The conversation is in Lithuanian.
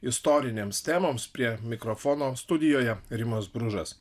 istorinėms temoms prie mikrofono studijoje rimas bružas